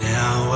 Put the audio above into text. Now